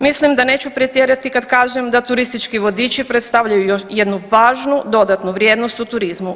Mislim da neću pretjerati kad kažem da turistički vodiči predstavljaju jednu važnu dodatnu vrijednost u turizmu.